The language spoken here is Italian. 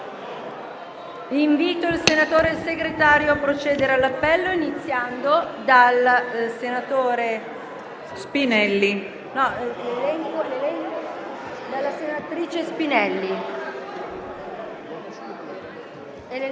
Invito il senatore Segretario a procedere all'appello, iniziando dalla senatrice Spinelli.